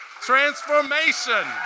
Transformation